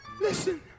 Listen